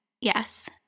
Yes